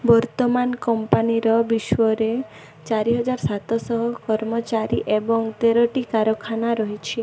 ବର୍ତ୍ତମାନ କମ୍ପାନୀର ବିଶ୍ୱରେ ଚାରି ହଜାର ସାତ ଶହ କର୍ମଚାରୀ ଏବଂ ତେରଟି କାରଖାନା ରହିଛି